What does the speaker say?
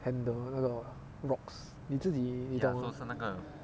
handle 那种 rocks 你自己